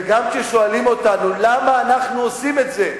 וגם כששואלים אותנו למה אנחנו עושים את זה,